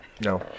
No